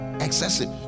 Excessive